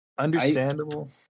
understandable